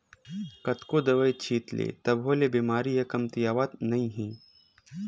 कतनो दवई छित ले तभो ले बेमारी ह कमतियावत नइ हे